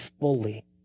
fully